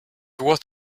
what